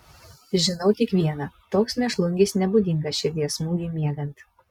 žinau tik viena toks mėšlungis nebūdingas širdies smūgiui miegant